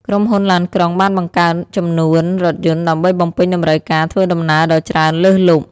ក្រុមហ៊ុនឡានក្រុងបានបង្កើនចំនួនរថយន្ត ដើម្បីបំពេញតម្រូវការធ្វើដំណើរដ៏ច្រើនលើសលប់។